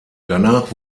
danach